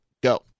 go